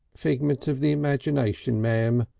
figment of the imagination, ma'am,